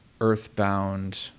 earthbound